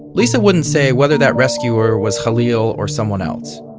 lisa wouldn't say whether that rescuer was khalil or someone else.